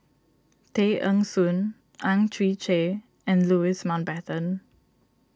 Tay Eng Soon Ang Chwee Chai and Louis Mountbatten